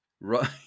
Right